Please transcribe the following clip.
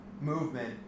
movement